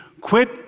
quit